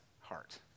heart